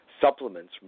supplements